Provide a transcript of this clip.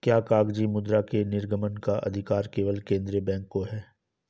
क्या कागजी मुद्रा के निर्गमन का अधिकार केवल केंद्रीय बैंक को है?